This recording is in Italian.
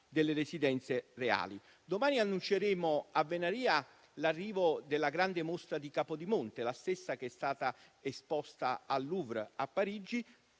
delle residenze reali. Domani annunceremo a Venaria l'arrivo della grande mostra di Capodimonte: la stessa che è stata esposta al Louvre a Parigi